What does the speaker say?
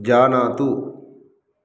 जानातु